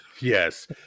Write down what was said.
Yes